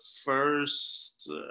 first